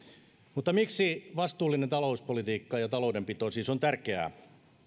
mutta miksi vastuullinen talouspolitiikka ja taloudenpito siis on tärkeää